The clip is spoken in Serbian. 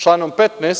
Članom 15.